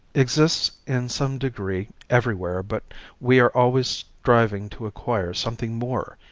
exists in some degree everywhere but we are always striving to acquire something more.